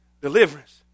deliverance